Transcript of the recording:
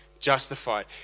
Justified